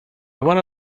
wanna